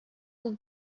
үги